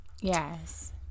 Yes